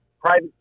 private